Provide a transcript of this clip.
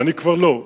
אני כבר לא.